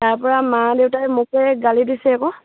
তাৰ পৰা মা দেউতাই মোকে গালি দিছে আকৌ